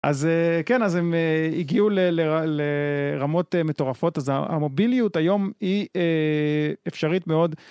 אז כן, אז הם הגיעו לרמות מטורפות, אז המוביליות היום היא אפשרית מאוד.